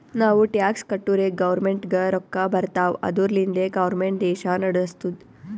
ನಾವು ಟ್ಯಾಕ್ಸ್ ಕಟ್ಟುರೇ ಗೌರ್ಮೆಂಟ್ಗ ರೊಕ್ಕಾ ಬರ್ತಾವ್ ಅದುರ್ಲಿಂದೆ ಗೌರ್ಮೆಂಟ್ ದೇಶಾ ನಡುಸ್ತುದ್